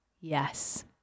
Yes